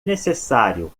necessário